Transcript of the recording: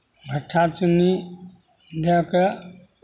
भट्ठा चुन्नी दए कऽ